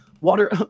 water